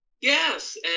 Yes